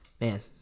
man